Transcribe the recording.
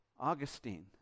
Augustine